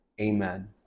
Amen